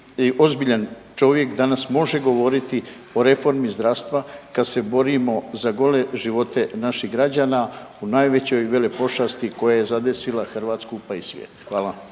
ozbiljan čovjek danas može govoriti o reformi zdravstva kad se borimo za gole živote naših građana u najvećoj velepošasti koja je zadesila Hrvatsku pa i svijet. Hvala.